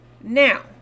Now